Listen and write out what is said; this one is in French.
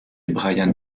brian